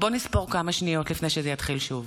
בוא נספור כמה שניות לפני שזה יתחיל שוב.